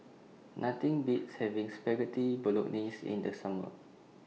Nothing Beats having Spaghetti Bolognese in The Summer